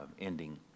ending